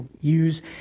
use